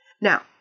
Now